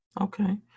Okay